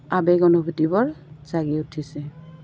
আৱেগ অনুভূতিবোৰ জাগি উঠিছে